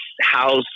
house